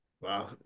Wow